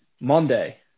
Monday